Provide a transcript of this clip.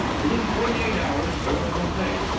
within forty-eight hours or no pay.